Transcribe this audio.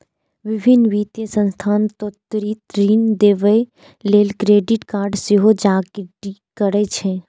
विभिन्न वित्तीय संस्थान त्वरित ऋण देबय लेल क्रेडिट कार्ड सेहो जारी करै छै